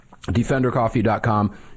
DefenderCoffee.com